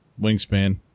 wingspan